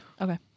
Okay